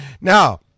Now